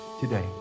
today